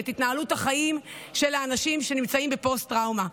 את התנהלות החיים של האנשים שנמצאים בפוסט-טראומה.